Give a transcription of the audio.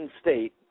state